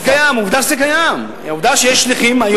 זה קיים, עובדה שזה קיים.